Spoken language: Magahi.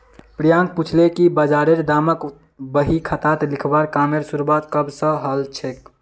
प्रियांक पूछले कि बजारेर दामक बही खातात लिखवार कामेर शुरुआत कब स हलछेक